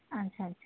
ᱟᱪᱪᱷᱟ ᱟᱪᱪᱷᱟ